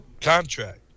contract